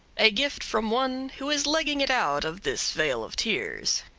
a gift from one who is legging it out of this vale of tears.